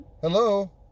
Hello